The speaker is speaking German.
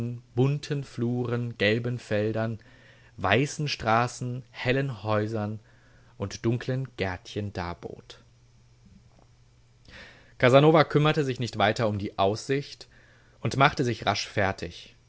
bunten fluren gelben feldern weißen straßen hellen häusern und dunklen gärtchen darbot casanova kümmerte sich nicht weiter um die aussicht und machte sich rasch fertig